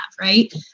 right